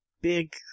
big